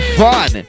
fun